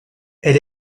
elle